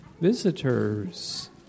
visitors